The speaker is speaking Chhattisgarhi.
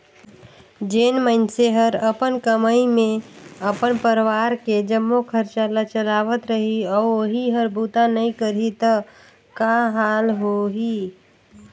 जेन मइनसे हर अपन कमई मे अपन परवार के जम्मो खरचा ल चलावत रही अउ ओही हर बूता नइ करही त का हाल होही